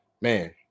man